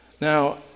Now